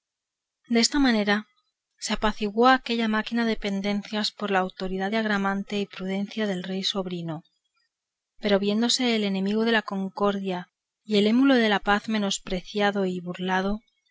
ordenaba desta manera se apaciguó aquella máquina de pendencias por la autoridad de agramante y prudencia del rey sobrino pero viéndose el enemigo de la concordia y el émulo de la paz menospreciado y burlado